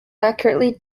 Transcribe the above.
accurately